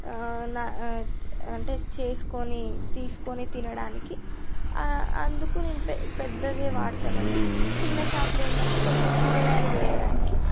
అంటే చేస్కొని తీస్కొని తినడానికి అందుకు నేను పె పెద్దది వాడుతామండి చిన్న చాకులు ఏందంటే కొంచెం కూరగాయలు కొయ్యడానికి